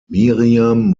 miriam